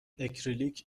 اکریلیک